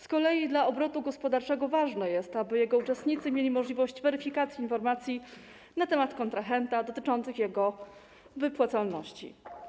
Z kolei dla obrotu gospodarczego ważne jest, aby jego uczestnicy mieli możliwość weryfikacji informacji na temat kontrahenta, dotyczących jego wypłacalności.